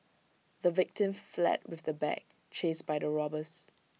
the victim fled with the bag chased by the robbers